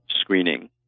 screening